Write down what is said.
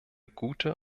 gute